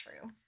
true